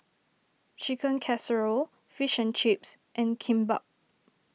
Chicken Casserole Fish and Chips and Kimbap